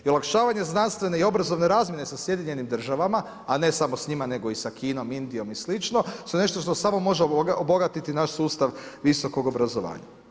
I olakšavanje znanstvene i obrazovne razmjene sa SAD-om a ne samo s njima nego i sa Kinom, Indijom i sl. su nešto što samo može obogatiti naš sustav visokog obrazovanja.